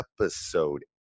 episode